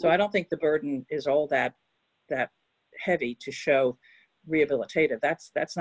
so i don't think the burden is all d that that heavy to show rehabilitative that's that's